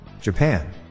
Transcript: Japan